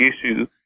issues